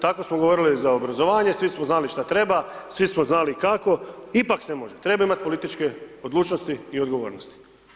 Tako smo govorili za obrazovanje, svi smo znali šta treba, svi smo znali kako, ipak se može, treba imati političke odlučnosti i odgovornosti.